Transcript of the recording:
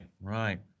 right